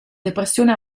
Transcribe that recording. depressione